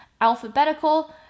alphabetical